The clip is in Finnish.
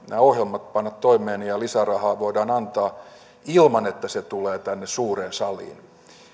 nämä ohjelmat voidaan panna toimeen ja lisärahaa voidaan antaa ilman että se tulee tänne suureen saliin